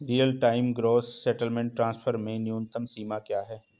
Real time gross settlement transfer में न्यूनतम सीमा क्या है?